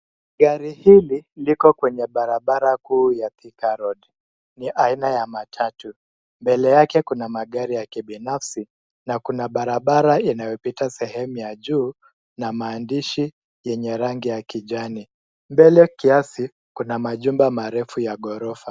Gari hili liko kwenye barabara kuu ya Thika road , ni aina ya matatu. Mbele yake kuna magari ya kibinafsi na kuna barabara inayopita sehemu ya juu na maandishi yenye rangi ya kijani. Mbele kiasi kuna majumba marefu ya ghorofa.